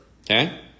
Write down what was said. Okay